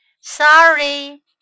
Sorry